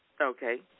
Okay